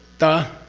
the?